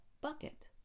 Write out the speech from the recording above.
bucket